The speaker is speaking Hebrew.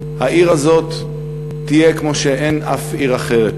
העיר הזאת תהיה כמו שאין אף עיר אחרת.